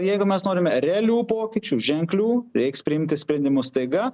jeigu mes norime realių pokyčių ženklių reiks priimti sprendimus staiga